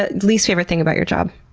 ah least favorite thing about your job?